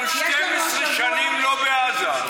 אנחנו 12 שנים לא בעזה.